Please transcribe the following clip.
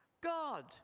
God